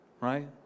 right